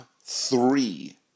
three